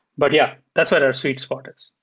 but yeah, that's where our sweet spot it.